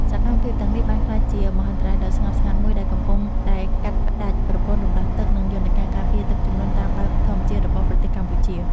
សកម្មភាពទាំងនេះបានក្លាយជាមហន្តរាយដ៏ស្ងប់ស្ងាត់មួយ ដែលកំពុងតែកាត់ផ្ដាច់ប្រព័ន្ធរំដោះទឹក និងយន្តការការពារទឹកជំនន់តាមបែបធម្មជាតិរបស់ប្រទេសកម្ពុជា។